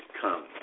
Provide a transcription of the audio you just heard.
come